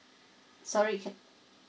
sorry can